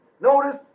Notice